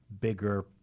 bigger